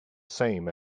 same